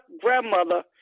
grandmother